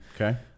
Okay